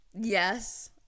Yes